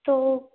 तो